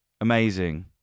amazing